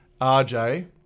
RJ